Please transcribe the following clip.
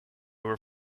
were